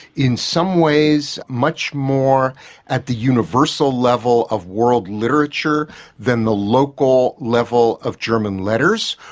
in some ways much more at the universal level of world literature than the local level of german letters.